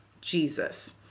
Jesus